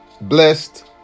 blessed